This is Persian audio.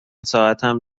ساعتم